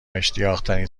اشتیاقترین